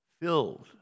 filled